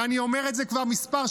ואני אומר את זה כבר כמה שנים,